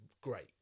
great